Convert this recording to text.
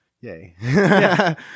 yay